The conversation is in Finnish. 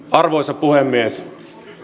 arvoisa puhemies